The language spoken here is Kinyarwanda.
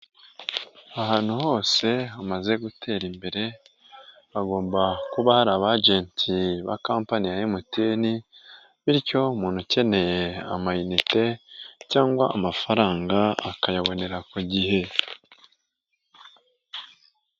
Ahantu hose hamaze gutera imbere hagomba kuba hari abajenti ba kampani ya MTN bityo umuntu ukeneye amayinite cyangwa amafaranga akayabonera ku gihe.